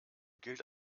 gilt